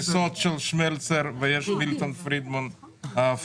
אומנם יש תפיסות של שמלצר ויש מילטון פרידמן ההפוך,